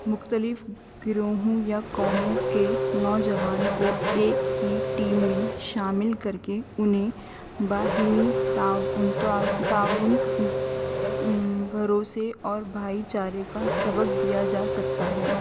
مختلف گروہوں یا قوموں کے نوجوان کو ایک ہی ٹیم میں شامل کر کے انہیں باہمی تعاون بھروسے اور بھائی چارے کا سبق دیا جا سکتا ہے